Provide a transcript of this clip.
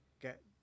get